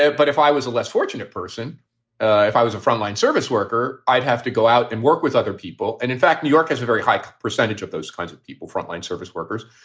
ah but if i was a less fortunate person, if i was a frontline service worker i'd have to go out and work with other people. and in fact, new york has a very high percentage of those kinds of people, frontline service workers.